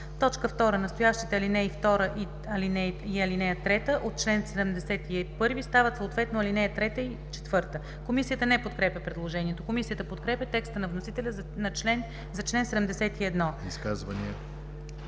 срок.“ 2. Настоящите ал. 2 и ал. 3 от чл. 71 стават съответно ал. 3 и ал. 4“. Комисията не подкрепя предложението. Комисията подкрепя текста на вносителя за чл. 71.